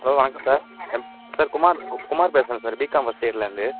hello வணக்கம் sir M sir Kumar Kumar பேசுகிறேன் sir BCom first இயர்லர்ந்து